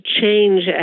change